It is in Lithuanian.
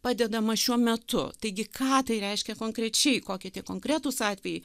padedama šiuo metu taigi ką tai reiškia konkrečiai kokie tie konkretūs atvejai